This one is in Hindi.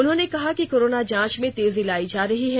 उन्होंने कहा कि कोरोना जांच में तेजी लाई जा रही है